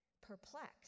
perplexed